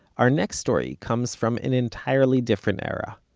our next story comes from an entirely different era.